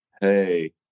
hey